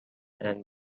and